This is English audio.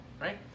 right